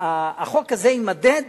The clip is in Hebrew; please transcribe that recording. החוק הזה יימדד